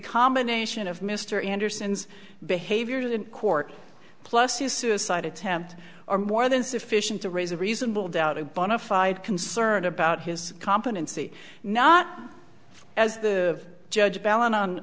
combination of mr anderson's behavior in court plus his suicide attempt are more than sufficient to raise a reasonable doubt a bonafide concern about his competency not as the judge belen on